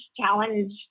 Challenge